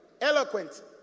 eloquent